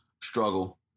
struggle